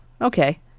okay